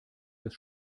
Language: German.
des